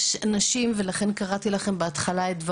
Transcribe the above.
יש נשים שלא